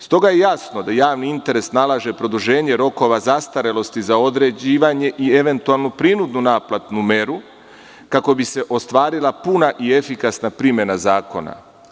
Stoga je jasno da javni interes nalaže produženje rokova zastarelosti za određivanje i eventualnu prinudnu naplatnu meru, kako bi se ostvarila puna i efikasna primena zakona.